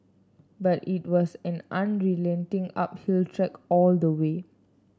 but it was an unrelenting uphill trek all the way